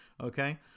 Okay